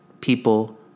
people